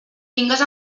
tingues